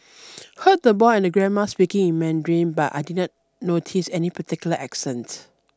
heard the boy and grandma speaking in Mandarin but I did not notice any particular accent